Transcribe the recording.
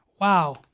Wow